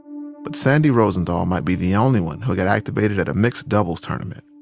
but sandy rosenthal might be the only one who got activated at a mixed doubles tournament